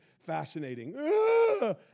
fascinating